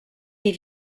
les